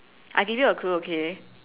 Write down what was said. I give you a clue okay